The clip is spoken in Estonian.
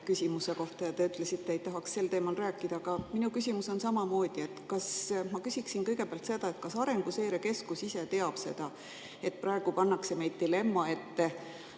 moraalsuse kohta ja te ütlesite, et ei tahaks sel teemal rääkida. Aga minu küsimus on samasugune. Ma küsiksin kõigepealt seda, kas Arenguseire Keskus ise teab seda, et praegu pannakse meid dilemma